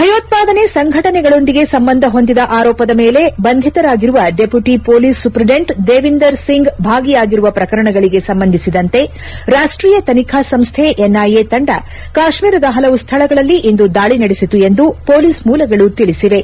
ಭಯೋತ್ವಾದನೆ ಸಂಘಟನೆಗಳೊಂದಿಗೆ ಸಂಬಂಧ ಹೊಂದಿದ ಆರೋಪದ ಮೇಲೆ ಬಂಧಿತರಾಗಿರುವ deputy police superintendent Davinder Singh ಭಾಗಿಯಾಗಿರುವ ಪ್ರಕರಣಗಳಿಗೆ ಸಂಬಂಧಿಸಿದಂತೆ ರಾಷ್ಲೀಯ ತನಿಖಾ ಸಂಸ್ಥೆ ಎನ್ಐಎ ತಂಡ ಕಾತ್ನೀರದ ಪಲವು ಸ್ಥಳಗಳಲ್ಲಿ ಇಂದು ದಾಳಿ ನಡೆಸಿತು ಎಂದು ಪೊಲೀಸ್ ಮೂಲಗಳು ತಿಳಿಸಿವೆ